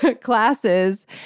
classes